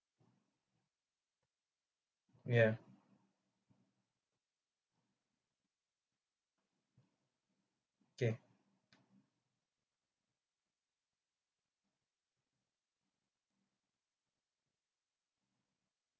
ya okay